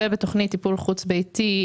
ובתוכנית טיפול חוץ-ביתי,